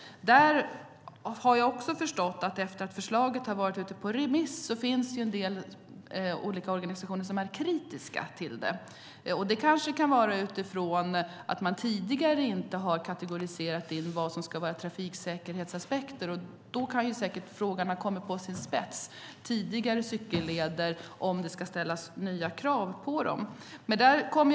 Efter att förslaget har varit ute på remiss har jag förstått att det finns en del organisationer som är kritiska till det. Det kanske kan vara utifrån att man tidigare inte har kategoriserat vad som ska vara trafiksäkerhetsaspekter. Då kan säkert frågan ha ställts på sin spets om det ska ställas nya krav på tidigare cykelleder.